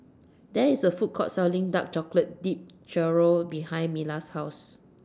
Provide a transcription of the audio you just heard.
There IS A Food Court Selling Dark Chocolate Dipped Churro behind Milas' House